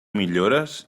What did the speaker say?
millores